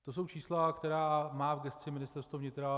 To jsou čísla, která má v gesci Ministerstvo vnitra.